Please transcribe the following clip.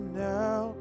now